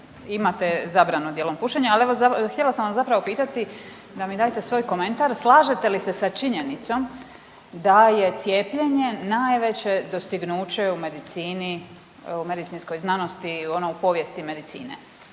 imate zabranu dijelom pušenja. Al evo, htjela sam vas zapravo pitati da mi date svoj komentar slažete li se sa činjenicom da je cijepljenje najveće dostignuće u medicini, u medicinskoj znanosti, ono u povijesti medicine